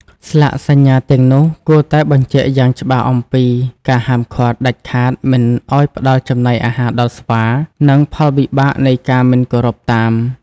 ស្លាកសញ្ញាទាំងនោះគួរតែបញ្ជាក់យ៉ាងច្បាស់អំពី ការហាមឃាត់ដាច់ខាតមិនឱ្យផ្តល់ចំណីអាហារដល់ស្វា និងផលវិបាកនៃការមិនគោរពតាម។